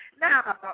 Now